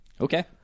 Okay